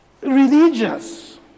religious